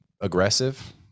aggressive